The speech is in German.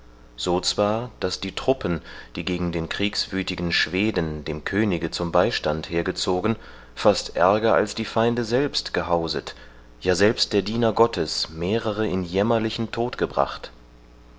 so zwar daß die truppen die gegen den kriegswüthigen schweden dem könige zum beistand hergezogen fast ärger als die feinde selbst gehauset ja selbst der diener gottes mehrere in jämmerlichen tod gebracht